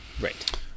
Right